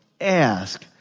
ask